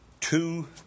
two